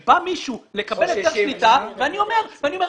כאשר בא מישהו לקבל היתר שליטה ואני אומר,